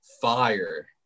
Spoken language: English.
fire